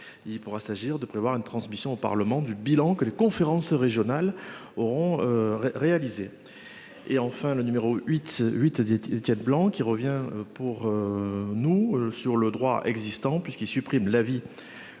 Il pourra s'agir de prévoir une transmission au Parlement du bilan que les conférences régionales auront. Réalisé. Et enfin le numéro 8 8, Étienne Blanc qui revient pour. Nous sur le droit existant, puisqu'il supprime la vie